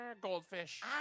goldfish